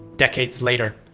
decades later.